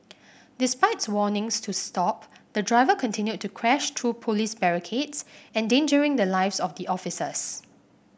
despite warnings to stop the driver continued to crash through police barricades endangering the lives of the officers